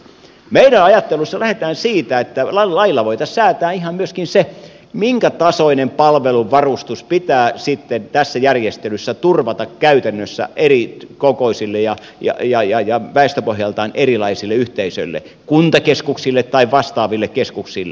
meidän ajattelussamme lähdetään siitä että lailla voitaisiin säätää ihan myöskin se minkä tasoinen palveluvarustus pitää sitten tässä järjestelyssä turvata käytännössä erikokoisille ja väestöpohjaltaan erilaisille yhteisöille kuntakeskuksille tai vastaaville keskuksille